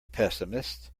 pessimist